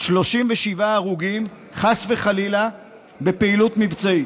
37 הרוגים, חס וחלילה, בפעילות מבצעית.